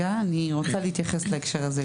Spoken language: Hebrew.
אני רוצה להתייחס בהקשר הזה.